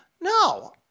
No